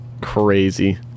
Crazy